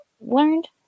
learned